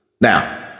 Now